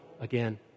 again